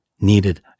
needed